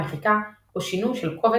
מחיקה או שינוי של קובץ,